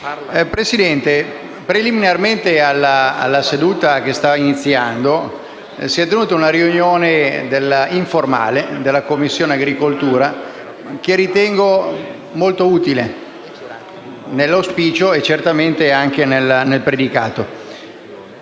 Presidente, preliminarmente alla seduta che sta iniziando si è svolta una riunione informale della Commissione agricoltura che ritengo molto utile nell'auspicio e certamente anche nel predicato.